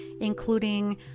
including